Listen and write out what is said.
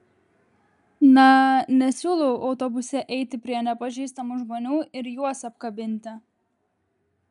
na nesiūlau autobuse eiti prie nepažįstamų žmonių ir juos apkabinti